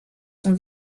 sont